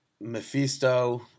Mephisto